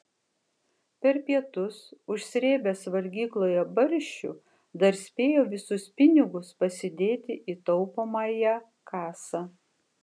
per pietus užsrėbęs valgykloje barščių dar spėjo visus pinigus pasidėti į taupomąją kasą